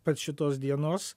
pat šitos dienos